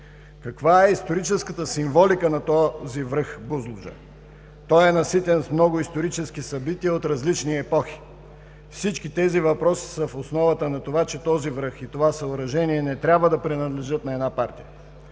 Каква е историческата символика на връх Бузлуджа? Той е наситен с много исторически събития от различни епохи. Всички тези въпроси са в основата на това, че този връх и това съоръжение не трябва да принадлежат на една партия.